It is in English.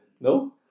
No